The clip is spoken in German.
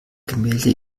gemälde